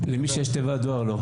למי שיש תיבת דואר, לא.